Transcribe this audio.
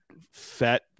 fat